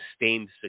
sustained